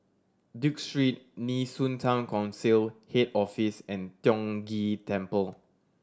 Duke Street Nee Soon Town Council Head Office and Tiong Ghee Temple